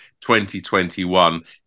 2021